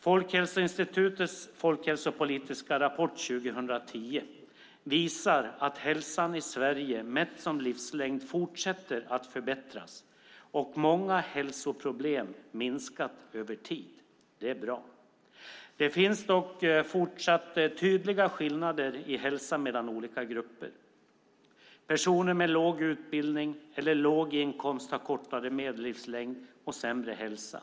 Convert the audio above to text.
Folkhälsoinstitutets folkhälsopolitiska rapport 2010 visar att hälsan i Sverige mätt i livslängd fortsätter att förbättras och att många hälsoproblem har minskat över tid. Det är bra. Det finns dock fortsatt tydliga skillnader i hälsa mellan olika grupper. Personer med låg utbildning eller låg inkomst har kortare medellivslängd och sämre hälsa.